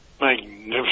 magnificent